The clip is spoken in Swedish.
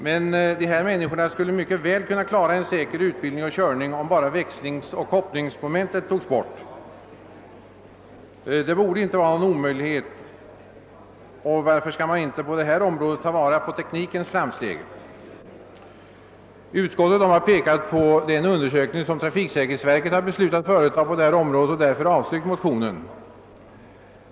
De personer det gäller skulle emellertid mycket väl klara utbildning och körning, om bara växlingsoch kopplingsmomenten togs bort. Detta borde inte vara någon omöjlighet. Varför skall man inte även på detta område ta till vara teknikens framsteg? Utskottet har hänvisat till den undersökning som trafiksäkerhetsverket beslutat företa på detta område och har därför avstyrkt motionen. Herr talman!